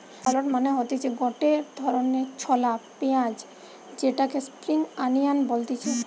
shallot মানে হতিছে গটে ধরণের ছলা পেঁয়াজ যেটাকে স্প্রিং আনিয়ান বলতিছে